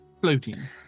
Floating